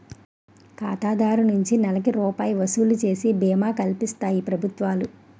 ఖాతాదారు నుంచి నెలకి రూపాయి వసూలు చేసి బీమా కల్పిస్తాయి ప్రభుత్వాలు